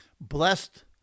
blessed